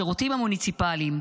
השירותים המוניציפליים,